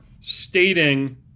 stating